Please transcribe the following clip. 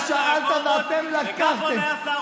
אתה שאלת ואתם לקחתם.